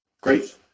Great